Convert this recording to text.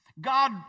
god